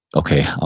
okay,